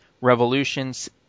Revolutions